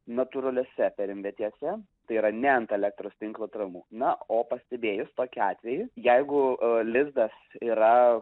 natūraliose perimvietėse tai yra ne ant elektros tinklo atramų na o pastebėjus tokį atvejį jeigu lizdas yra